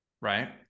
right